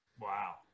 Wow